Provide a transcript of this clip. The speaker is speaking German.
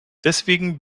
deswegen